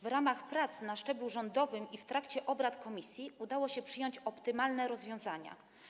W ramach prac na szczeblu rządowym i w trakcie obrad komisji udało się przyjąć optymalne rozwiązania.